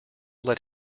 let